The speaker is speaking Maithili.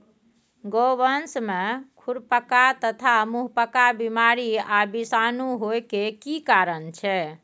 गोवंश में खुरपका तथा मुंहपका बीमारी आ विषाणु होय के की कारण छै?